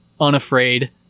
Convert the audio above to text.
unafraid